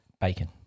bacon